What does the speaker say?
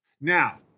Now